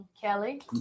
Kelly